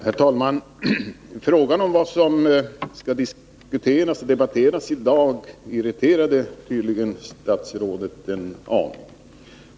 Herr talman! Frågan om vad som skall diskuteras i dag irriterade tydligen statsrådet en aning.